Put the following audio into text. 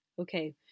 Okay